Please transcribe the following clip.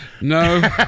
No